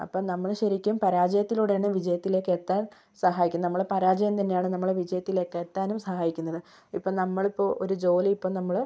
അപ്പോൾ നമ്മൾ ശരിക്കും പരാജയത്തിലൂടെയാണ് വിജയത്തിലേക്കെത്താൻ സഹായിക്കുന്നത് നമ്മൾ പരാജയം തന്നെയാണ് നമ്മളെ വിജയത്തിലേക്കെത്താനും സഹായിക്കുന്നത് ഇപ്പോൾ നമ്മളിപ്പോൾ ഒരു ജോലിയിപ്പോൾ നമ്മൾ